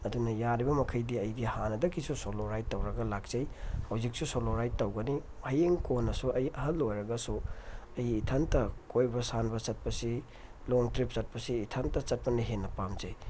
ꯑꯗꯨꯅ ꯌꯥꯔꯤꯕꯃꯈꯩꯗꯤ ꯑꯩꯗꯤ ꯍꯥꯟꯅꯗꯒꯤꯁꯨ ꯁꯣꯂꯣ ꯔꯥꯏꯠ ꯇꯧꯔꯒ ꯂꯥꯛꯆꯩ ꯍꯧꯖꯤꯛꯁꯨ ꯁꯣꯂꯣ ꯔꯥꯏꯠ ꯇꯧꯒꯅꯤ ꯍꯌꯦꯡ ꯀꯣꯟꯅꯁꯨ ꯑꯩ ꯑꯍꯜ ꯑꯣꯏꯔꯒꯁꯨ ꯑꯩ ꯏꯊꯟꯇ ꯀꯣꯏꯕ ꯁꯥꯟꯕ ꯆꯠꯄꯁꯤ ꯂꯣꯡ ꯇ꯭ꯔꯤꯞ ꯆꯠꯄꯁꯤ ꯏꯊꯟꯇ ꯆꯠꯄꯅ ꯍꯦꯟꯅ ꯄꯥꯝꯖꯩ